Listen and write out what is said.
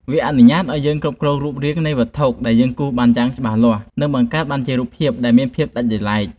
វាអនុញ្ញាតឱ្យយើងអាចគ្រប់គ្រងរូបរាងនៃវត្ថុដែលយើងគូរបានយ៉ាងច្បាស់លាស់ និង បង្កើតបានជារូបភាពដែលមានភាពដាច់ដោយឡែក។